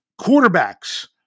Quarterbacks